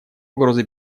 угрозы